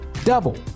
Double